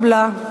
נתקבלה.